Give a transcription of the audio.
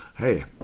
Hey